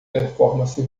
performance